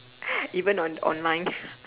even on online